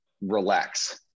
relax